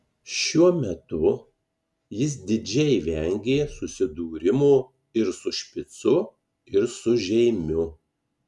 šiuo metu jis didžiai vengė susidūrimo ir su špicu ir su žeimiu